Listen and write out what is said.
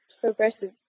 progressive